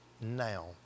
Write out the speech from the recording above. now